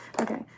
okay